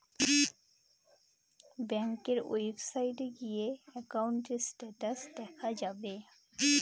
ব্যাঙ্কের ওয়েবসাইটে গিয়ে একাউন্টের স্টেটাস দেখা যাবে